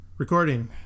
recording